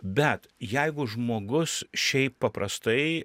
bet jeigu žmogus šiaip paprastai